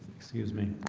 excuse me,